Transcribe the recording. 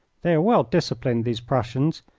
they are well disciplined, these prussians,